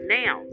now